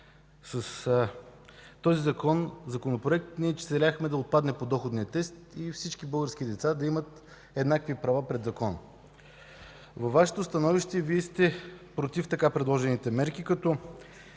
С него ние целяхме да отпадне подоходният тест и всички български деца да имат еднакви права пред закона. Във Вашето становище Вие сте против така предложените мерки, като